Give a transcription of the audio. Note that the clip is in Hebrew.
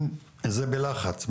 אם זה בלחץ,